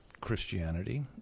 Christianity